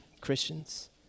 christians